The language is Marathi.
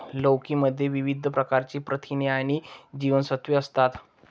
लौकी मध्ये विविध प्रकारची प्रथिने आणि जीवनसत्त्वे असतात